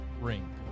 ring